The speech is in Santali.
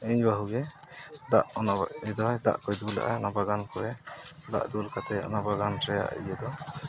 ᱤᱧ ᱵᱟᱹᱦᱩ ᱜᱮ ᱫᱟᱜ ᱫᱟᱜ ᱠᱚᱭ ᱫᱩᱞᱟᱜᱼᱟ ᱚᱱᱟ ᱵᱟᱜᱟᱱ ᱠᱚᱨᱮ ᱫᱟᱜ ᱫᱩᱞ ᱠᱟᱛᱮᱫ ᱚᱱᱟ ᱵᱟᱜᱟᱱ ᱨᱮᱭᱟᱜ ᱤᱭᱟᱹ ᱫᱚ